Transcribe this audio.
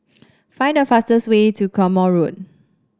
find the fastest way to Quemoy Road